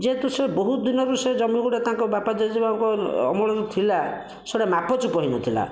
ଯେହେତୁ ସିଏ ବହୁତ ଦିନରୁ ସେ ଜମି ଗୁଡ଼ାକ ତାଙ୍କ ବାପା ଜେଜେବାପାଙ୍କ ଅମ ଅମଳରୁ ଥିଲା ସେଇଟା ମାପଚୁପ ହୋଇନଥିଲା